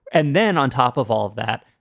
and then on top of all of that,